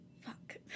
Fuck